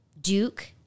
duke